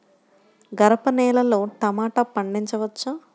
గరపనేలలో టమాటా పండించవచ్చా?